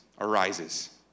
arises